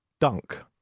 Dunk